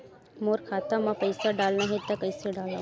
मोर खाता म पईसा डालना हे त कइसे डालव?